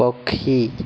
ପକ୍ଷୀ